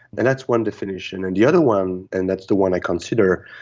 and that's one definition. and the other one, and that's the one i consider,